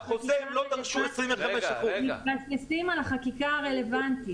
בחוזה הם לא דרשו 25%. -- -מתבססים על החקיקה הרלוונטית,